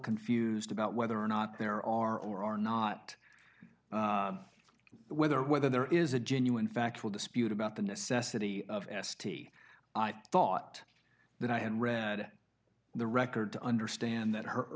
confused about whether or not there are or are not whether whether there is a genuine factual dispute about the necessity of estee i thought that i had read the record to understand that her